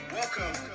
Welcome